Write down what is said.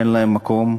אין להן מקום,